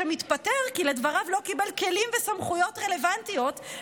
שמתפטר כי לדבריו לא קיבל כלים וסמכויות רלוונטיות,